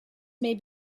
may